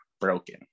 broken